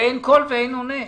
ואין קול ואין עונה.